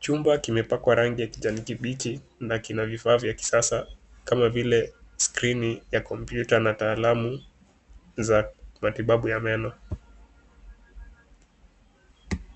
Chumba kimepakwa rangi ya kijani kibichi na kina vifaa vya kisasa kama vile skrini ya kompyuta na taalamu za matibabu ya meno.